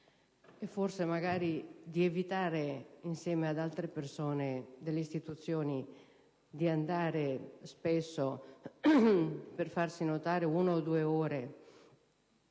a Roma, e magari di evitare insieme ad altre persone delle istituzioni di andare spesso, per farsi notare, una o due ore